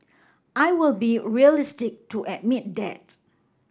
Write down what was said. I will be realistic to admit that